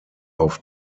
auf